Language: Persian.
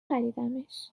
خریدمش